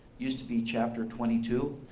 used to be chapter twenty two,